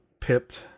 pipped